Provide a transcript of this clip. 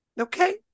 okay